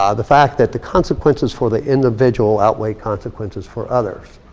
um the fact that the consequences for the individual outweigh consequences for others.